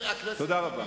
חבר הכנסת רמון,